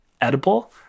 edible